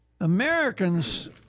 Americans